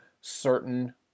certain